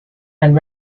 and